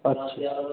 अच्छा